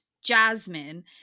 jasmine